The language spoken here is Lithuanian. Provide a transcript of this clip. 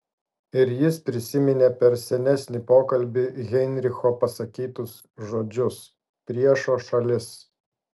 ir jis prisiminė per senesnį pokalbį heinricho pasakytus žodžius priešo šalis